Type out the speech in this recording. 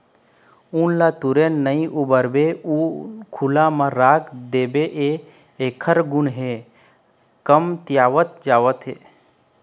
ऊन ल तुरते नइ बउरबे अउ खुल्ला म राख देबे त एखर गुन ह कमतियावत जाथे